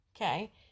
okay